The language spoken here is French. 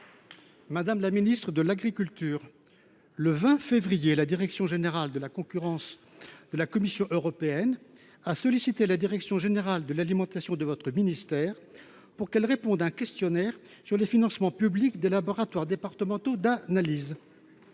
Madame la ministre de l’agriculture, le 20 février dernier, la direction générale de la concurrence de la Commission européenne a sollicité la direction générale de l’alimentation de votre ministère pour qu’elle réponde à un questionnaire sur les financements publics des laboratoires départementaux d’analyses.